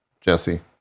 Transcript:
Jesse